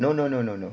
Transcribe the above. no no no no no